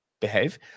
Behave